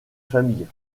famille